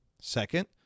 Second